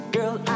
Girl